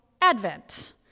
Advent